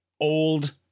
old